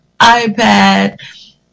iPad